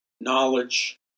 knowledge